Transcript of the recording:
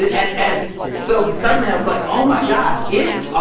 and and so, suddenly i was like, oh my god. if